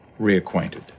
reacquainted